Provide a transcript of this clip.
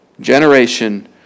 Generation